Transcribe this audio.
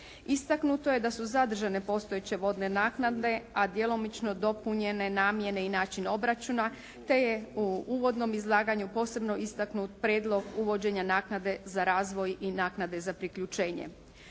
Istaknuto uje da su zadržane postojeće vodne naknade, a djelomično dopunjene namjene i način obračuna, te je u uvodnom izlaganju posebno istaknut prijedlog uvođenja naknade za razvoj i naknade za priključenje.